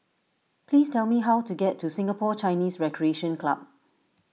please tell me how to get to Singapore Chinese Recreation Club